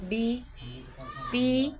D P